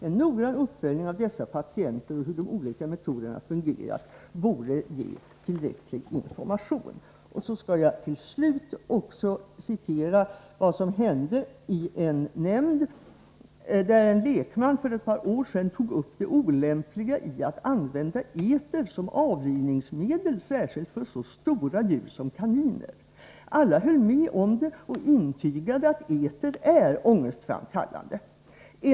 En noggrann uppföljning av dessa patienter och hur de olika metoderna fungerat borde ge tillräcklig information.” Jag skall till slut citera vad som hände i en nämnd: ”Det var också en lekman —--—- som för ett par år sedan tog upp det olämpliga i att använda eter som avlivningsmedel, särskilt för så stora djur som kaniner. Alla höll med om det och intygade att eter är ångestframkallande.